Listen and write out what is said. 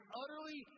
utterly